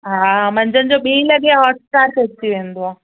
हा मंझंदि जो ॿी लॻें हॉटस्टार ते अची वेंदो आहे